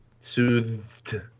Soothed